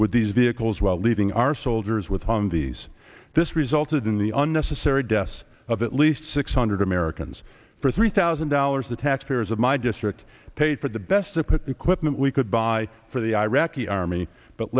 with these vehicles while leaving our soldiers with humvees this resulted in the unnecessary deaths of at least six hundred americans for three thousand dollars the taxpayers of my district paid for the best to put equipment we could buy for the iraqi army but